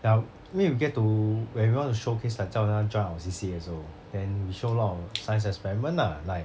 well 因为 we get to when we want to showcase like tell someone join our C_C_A 的时候 then we show a lot of science experiment lah like